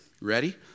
Ready